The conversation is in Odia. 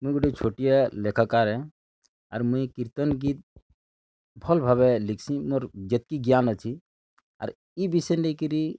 ମୁଇଁ ଗୋଟିଏ ଛୋଟିଆ ଲେଖାକାର୍ ହେ ଆର୍ ମୁଇଁ କୀର୍ତ୍ତିନ୍ ଗୀତ୍ ଭଲ୍ ଭାବେ ଲେଖ୍ସିଁ ମୋର୍ ଯେତ୍କି ଜ୍ଞାନ ଅଛି ଆର୍ ଇ ବିଷୟେ ନେଇକିରି